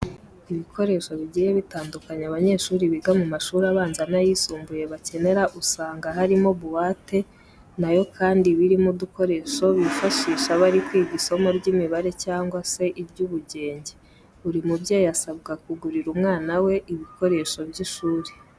Ibikoresho bigiye bitandukanye abanyeshuri biga mu mashuri abanza n'ayisumbuye bakenera usanga harimo buwate na yo kandi iba irimo udukoresho bifashisha bari kwiga isomo ry'imibare cyangwa se iry'ubugenge. Buri mubyeyi asabwa kugurira umwana we ibikoresho by'ishuri.